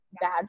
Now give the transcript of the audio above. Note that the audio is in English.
bad